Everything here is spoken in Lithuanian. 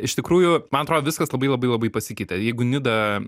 iš tikrųjų man atrodo viskas labai labai labai pasikeitė jeigu nidą